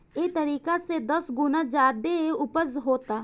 एह तरीका से दस गुना ज्यादे ऊपज होता